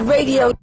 Radio